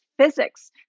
physics